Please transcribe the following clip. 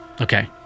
Okay